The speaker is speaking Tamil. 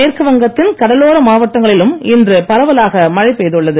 மேற்கு வங்கத்தின் கடலோர மாவட்டங்களிலும் இன்று பரவலாக மழை பெய்துள்ளது